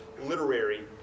literary